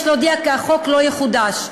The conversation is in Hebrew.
יש להודיע כי החוק לא יחודש,